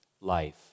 life